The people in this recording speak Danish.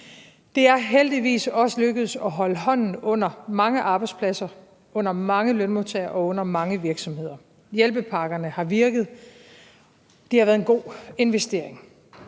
Det er heldigvis også lykkedes at holde hånden under mange arbejdspladser, under mange lønmodtagere og under mange virksomheder. Hjælpepakkerne har virket, de har været en god investering,